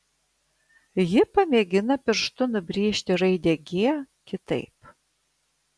ji pamėgina pirštu nubrėžti raidę g kitaip